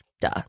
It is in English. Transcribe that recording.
Duh